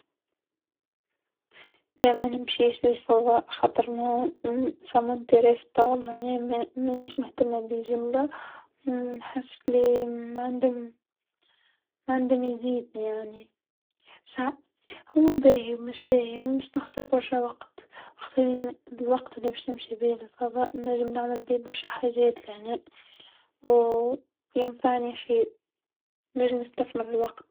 لا منمشيش للفضاء خاطر م-ميهمنيش معناه مانيش مهتمه بيه جمله، و نحس لي ما عندم، ماعندم ما يزيدني يعني، هو باهي ومش باهي مستغصر برشا وقت خصني الوقت لباش نمشي بيه للفضاء نجم نعمل بيه برشا حاجات لهنا و ينفعني خير، نجم نستثمر الوقت باهي.